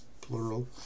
plural